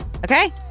Okay